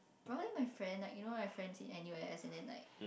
about my friend like you know like friends in everywhere and then like